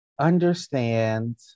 Understand